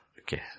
Okay